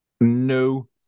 no